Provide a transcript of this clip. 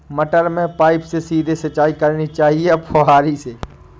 मटर में पाइप से सीधे सिंचाई करनी चाहिए या फुहरी से?